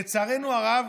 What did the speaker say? לצערנו הרב,